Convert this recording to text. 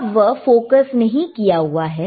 अब वह फोकस नहीं किया हुआ है